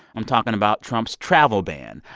i'm talking about trump's travel ban.